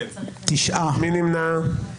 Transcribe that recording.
מי נמנע?